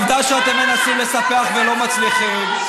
עובדה שאתם מנסים לספח ולא מצליחים.